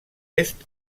est